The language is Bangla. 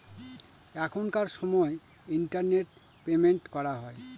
এখনকার সময় ইন্টারনেট পেমেন্ট করা হয়